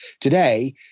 today